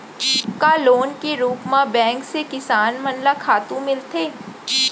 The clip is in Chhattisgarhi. का लोन के रूप मा बैंक से किसान मन ला खातू मिलथे?